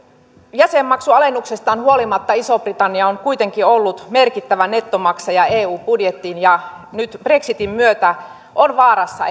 jäsenmaksualennuksestaan huolimatta iso britannia on kuitenkin ollut merkittävä nettomaksaja eu budjettiin ja nyt brexitin myötä on vaarassa